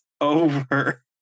over